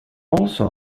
also